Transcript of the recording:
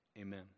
Amen